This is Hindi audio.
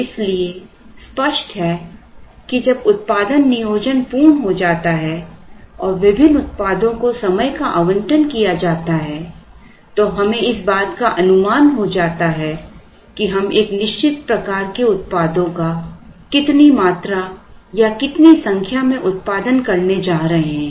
इसलिए स्पष्ट है कि जब उत्पादन नियोजन पूर्ण हो जाता है और विभिन्न उत्पादों को समय का आवंटन किया जाता है तो हमें इस बात का अनुमान हो जाता है कि हम एक निश्चित प्रकार के उत्पादों का कितनी मात्रा या कितनी संख्या में उत्पादन करने जा रहे हैं